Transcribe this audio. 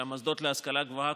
שהמוסדות להשכלה גבוהה,